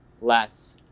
less